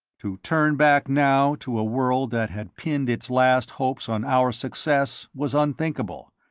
to turn back now to a world that had pinned its last hopes on our success was unthinkable,